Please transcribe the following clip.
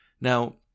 Now